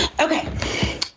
Okay